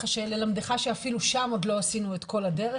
ללמדך שאפילו שם עוד לא עשינו את כל הדרך.